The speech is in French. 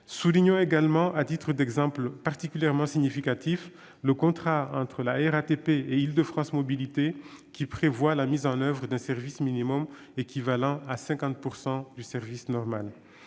Soulignons également, à titre d'exemple particulièrement significatif, l'existence du contrat entre la RATP et Île-de-France Mobilités, qui prévoit la mise en oeuvre d'un service minimum équivalant à 50 % du service normal.